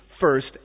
first